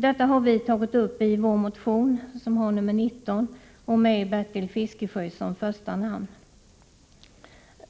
Detta har vi tagit upp i vår motion nr 19 med Bertil Fiskesjö som första namn.